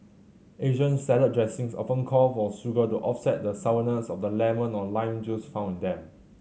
Asian salad dressings often call for sugar to offset the sourness of the lemon or lime juice found in them